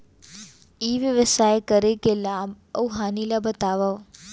ई व्यवसाय करे के लाभ अऊ हानि ला बतावव?